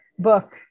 book